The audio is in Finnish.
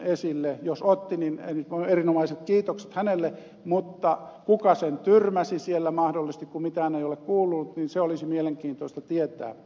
jos otti niin erinomaiset kiitokset hänelle mutta kuka sen tyrmäsi siellä mahdollisesti kun mitään ei ole kuulunut se olisi mielenkiintoista tietää